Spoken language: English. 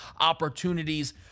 opportunities